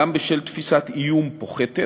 גם בשל תפיסת איום פוחתת.